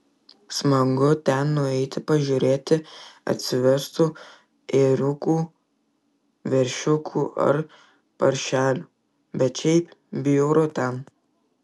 smagu ten nueiti pažiūrėti atsivestų ėriukų veršiukų ar paršelių bet šiaip bjauru ten